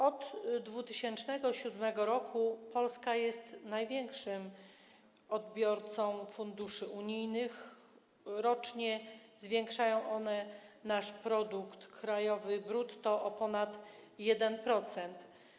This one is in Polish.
Od 2007 r. Polska jest największym odbiorcą funduszy unijnych, rocznie zwiększają one nasz produkt krajowy brutto o ponad 1%.